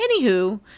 Anywho